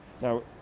Now